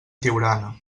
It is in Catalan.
tiurana